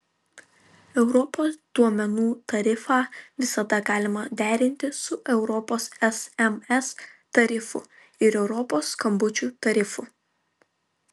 europos duomenų tarifą visada galima derinti su europos sms tarifu ir europos skambučių tarifu